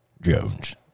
Jones